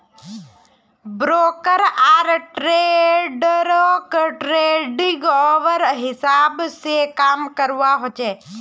broker आर ट्रेडररोक trading hour हिसाब से काम करवा होचे